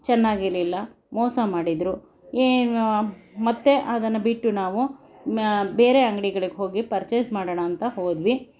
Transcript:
ಚೆನ್ನಾಗಿರ್ಲಿಲ್ಲ ಮೋಸ ಮಾಡಿದರು ಏನು ಮತ್ತೆ ಅದನ್ನು ಬಿಟ್ಟು ನಾವು ಬೇರೆ ಅಂಗ್ಡಿಗಳಿಗೆ ಹೋಗಿ ಪರ್ಚೇಸ್ ಮಾಡೋಣ ಅಂತ ಹೋದ್ವಿ